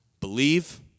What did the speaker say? believe